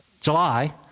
July